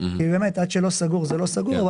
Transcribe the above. כי באמת עד שלא סגור זה לא סגור,